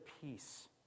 peace